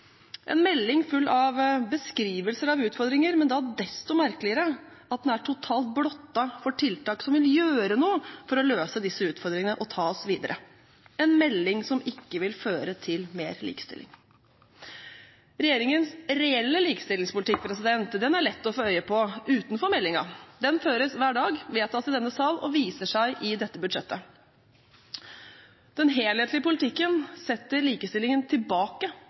en melding full av beskrivelser av utfordringer, men da desto merkeligere at den er totalt blottet for tiltak som vil gjøre noe for å løse disse utfordringene og ta oss videre, og en melding som ikke vil føre til mer likestilling. Regjeringens reelle likestillingspolitikk er lett å få øye på utenfor meldingen. Den føres hver dag, vedtas i denne sal, og viser seg i dette budsjettet. Den helhetlige politikken setter likestillingen tilbake